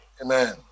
amen